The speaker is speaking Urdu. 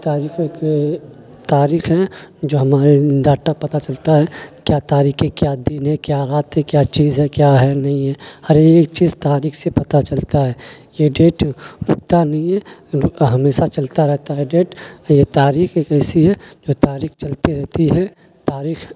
تاریف کے تاریخ ہیں جو ہمارے ڈاٹا پتا چلتا ہے کیا تاریخ ہے کیا دن ہے کیا رات ہے کیا چیز ہے کیا ہے نہیں ہے ہر ایک چیز تاریخ سے پتا چلتا ہے یہ ڈیٹ رکتا نہیں ہے ہمیشہ چلتا رہتا ہے ڈیٹ یہ تاریخ ایک ایسی ہے جو تاریخ چلتی رہتی ہے تاریخ